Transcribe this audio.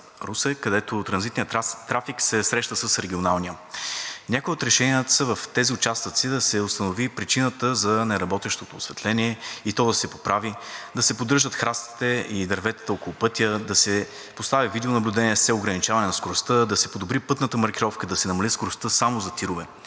където транзитният трафик се среща с регионалния. Някои от решенията са: в тези участъци да се установи причината за неработещото осветление и то да се поправи; да се поддържат храстите и дърветата около пътя; да се постави видеонаблюдение с цел ограничение на скоростта; да се подобри пътната маркировка; да се намали скоростта само за тирове.